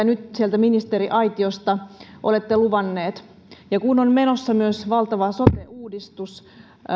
nyt sieltä ministeriaitiosta olette luvanneet kun on menossa myös valtava sote uudistus